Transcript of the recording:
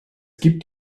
gibt